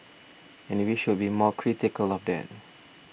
and we should be more critical of that